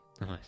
Nice